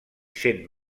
cent